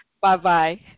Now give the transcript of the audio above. Bye-bye